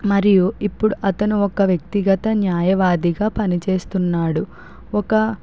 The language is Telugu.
మరియు ఇప్పుడు అతను ఒక వ్యక్తిగత న్యాయవాదిగా పనిచేస్తున్నాడు ఒక